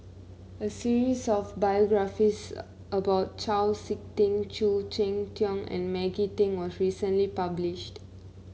a series of biographies about Chau SiK Ting Khoo Cheng Tiong and Maggie Teng was recently published